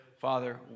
Father